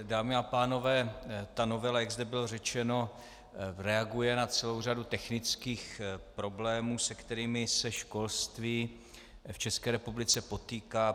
Dámy a pánové, ta novela, jak zde bylo řečeno, reaguje na celou řadu technických problémů, se kterými se školství v České republice potýká.